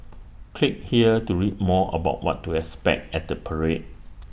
click here to read more about what to expect at the parade